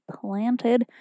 planted